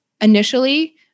initially